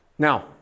Now